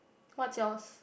what's yours